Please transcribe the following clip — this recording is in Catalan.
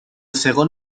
segon